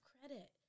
credit